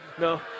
no